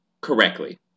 correctly